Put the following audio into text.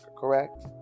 correct